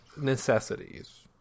Necessities